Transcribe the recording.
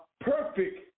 Perfect